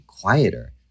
quieter